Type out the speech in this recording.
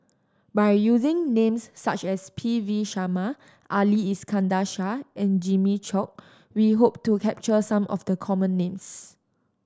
by using names such as P V Sharma Ali Iskandar Shah and Jimmy Chok we hope to capture some of the common names